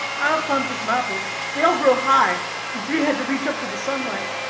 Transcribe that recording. i'll climb for some apples. they all grow high the tree had to reach up to the sunlight.